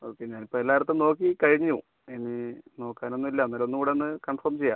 okay ഞാൻ ഇപ്പോയെല്ലായിടത്തും നോക്കി കഴിഞ്ഞു ഇനി നോക്കാനൊന്നൂല്ല അന്നേരം ഒന്നൂടൊന്ന് കൺഫം ചെയ്യാം